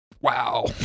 wow